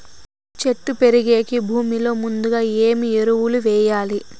చెట్టు పెరిగేకి భూమిలో ముందుగా ఏమి ఎరువులు వేయాలి?